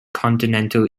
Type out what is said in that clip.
continental